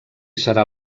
serà